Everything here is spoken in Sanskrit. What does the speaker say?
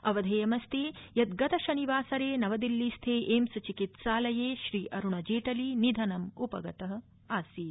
अवधेयमस्ति यत् गत शनिवासरे नवदिल्लीस्थे एम्स चिकित्सालये श्रीअरूणजेटली निधनम्पगतो आसीत्